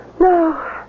No